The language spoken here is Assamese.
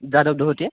যাদৱ দহোটীয়া